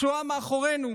השואה מאחורינו,